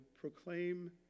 proclaim